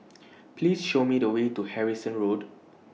Please Show Me The Way to Harrison Road